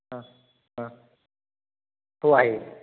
हा हा हो आहे